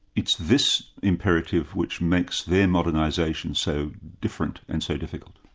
it's this imperative which makes their modernisation so different and so difficult.